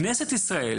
כנסת ישראל,